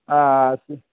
ಆಂ ಆಂ